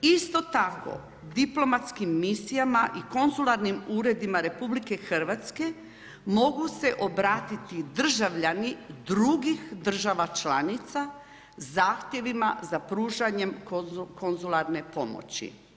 Isto tako diplomatskim misijama i konzularnim uredima RH mogu se obratiti državljani drugih država članica zahtjevima za pružanjem konzularne pomoći.